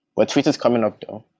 but twitter is coming up though